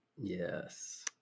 Yes